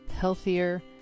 healthier